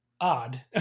odd